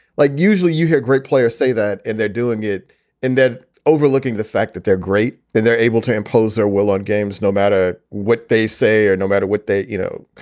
like usually you hear a great player say that and they're doing it and they're overlooking the fact that they're great and they're able to impose their will on games no matter what they say or no matter what they, you know,